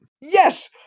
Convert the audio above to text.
Yes